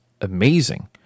amazing